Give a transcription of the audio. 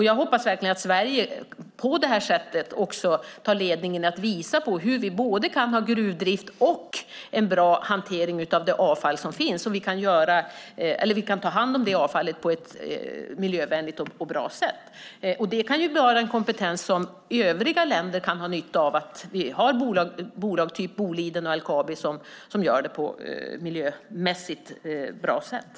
Jag hoppas verkligen att Sverige på det sättet tar ledningen och visar hur vi kan ha både gruvdrift och en bra hantering av det avfall som finns, att vi kan ta hand om avfallet på ett miljövänligt och bra sätt. Det är en kompetens som övriga länder kan ha nytta av. Det är viktigt att vi har bolag som Boliden och LKAB som hanterar detta på ett miljömässigt bra sätt.